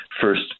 first